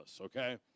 okay